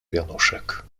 wianuszek